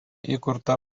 įkurta